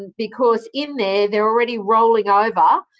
because in there they're already rolling over,